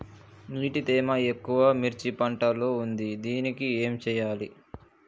నీటి తేమ ఎక్కువ మిర్చి పంట లో ఉంది దీనికి ఏం చేయాలి?